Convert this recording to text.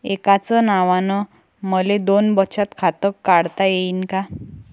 एकाच नावानं मले दोन बचत खातं काढता येईन का?